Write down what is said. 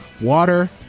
Water